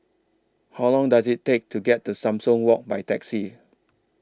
How Long Does IT Take to get to Sumang Walk By Taxi